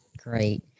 Great